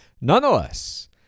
Nonetheless